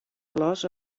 flors